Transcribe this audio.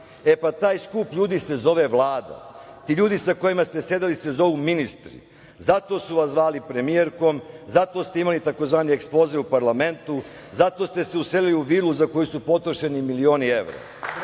E, pa taj skup ljudi se zove Vlada. Ti ljudi sa kojima ste sedeli se zovu ministri, tato su vas zvali premijerkom, zato ste imali tzv. ekspoze u parlamentu, zato ste se uselili u vilu za koji su potrošeni milioni evra,